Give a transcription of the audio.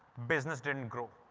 business didn't grow.